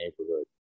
neighborhood